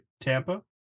Tampa